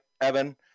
Evan